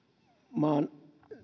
maan